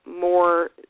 more